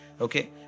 Okay